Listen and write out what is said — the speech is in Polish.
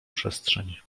przestrzeń